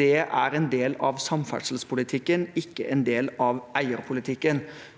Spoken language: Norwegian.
Det er en del av samferdselspolitikken, ikke en del av eierpolitikken.